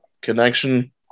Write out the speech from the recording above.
connection